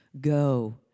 Go